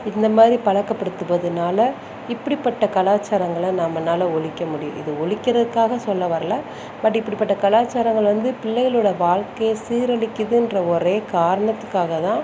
இந்த மாதிரி பழக்கப்படுத்துவதனால் இப்படிப்பட்ட கலாச்சாரங்களை நம்மனால ஒழிக்க முடியும் இது ஒழிக்கிறதுக்காக சொல்ல வரலை பட் இப்படிப்பட்ட கலாச்சாரங்கள் வந்து பிள்ளைகளோட வாழ்க்கையை சீரழிக்குதுன்ற ஒரே காரணத்துக்காக தான்